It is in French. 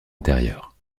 intérieur